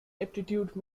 aptitude